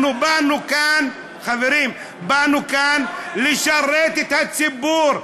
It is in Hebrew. אנחנו באנו לכאן לשרת את הציבור,